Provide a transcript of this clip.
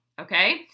okay